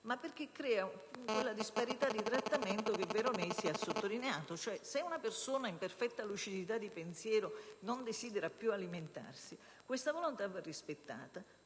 ma perché crea quella disparità di trattamento che il senatore Veronesi ha sottolineato. Se infatti una persona in perfetta lucidità di pensiero non desidera più alimentarsi, questa volontà va rispettata,